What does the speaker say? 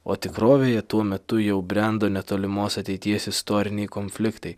o tikrovėje tuo metu jau brendo netolimos ateities istoriniai konfliktai